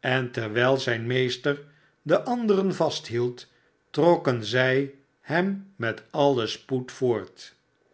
en terwijl zijn meester den anderen vasthield trokken zij hem met alien spoed voort